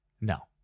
No